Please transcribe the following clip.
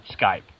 Skype